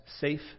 safe